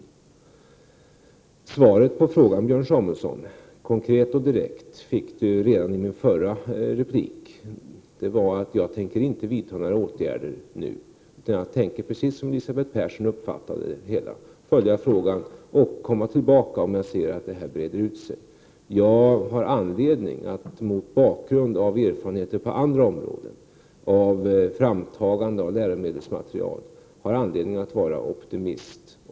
Björn Samuelson fick redan i mitt förra inlägg ett konkret och direkt svar på sin fråga, nämligen att jag inte tänker vidta några åtgärder nu utan att jag tänker — precis som Elisabeth Persson uppfattade det hela — följa frågan och komma tillbaka om jag ser att det här breder ut sig. Mot bakgrund av erfarenheterna på andra områden när det gäller framtagandet av läromedelsmaterial har jag anledning att vara optimist.